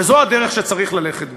וזו הדרך שצריך ללכת בה.